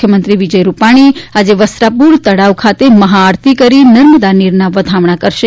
મુખ્યમંત્રી વિજય રૂપાણી આજે વસ્ત્રાપુર તળાવ ખાતે મહાઆરતી કરી નર્મદા નીરના વધામણા કરશે